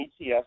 ETF